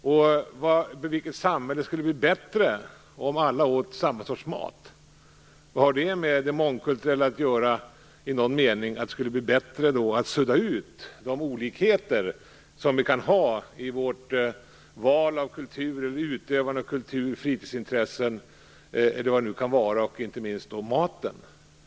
Skulle samhället bli bättre av att alla åt samma sorts mat? Skulle det mångkulturella samhället i någon mening bli bättre av att man suddade ut de olikheter som finns kulturellt, i utövande av fritidsintressen eller inte minst i fråga om maten?